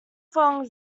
thong